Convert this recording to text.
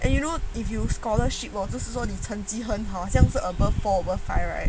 and you know if you scholarship 我是说你成绩很好像是 above four over five right